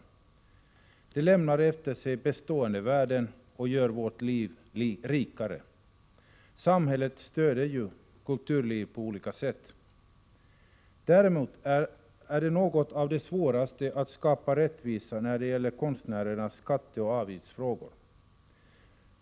Kulturen lämnar efter sig bestående värden och gör vårt liv rikare. Samhället stöder ju också kulturlivet på olika sätt. Däremot är det något av det svåraste som finns att skapa rättvisa när det gäller konstnärernas skatteoch avgiftsfrågor.